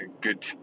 good